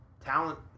talent